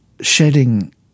shedding